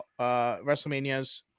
WrestleManias